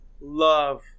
love